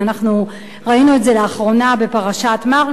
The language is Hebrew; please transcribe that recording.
ראינו את זה לאחרונה בפרשת מרגול.